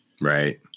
Right